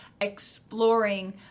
exploring